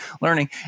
learning